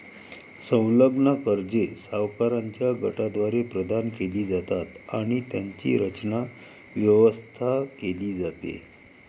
संलग्न कर्जे सावकारांच्या गटाद्वारे प्रदान केली जातात आणि त्यांची रचना, व्यवस्था केली जाते